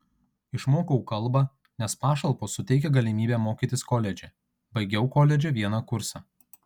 išmokau kalbą nes pašalpos suteikia galimybę mokytis koledže baigiau koledže vieną kursą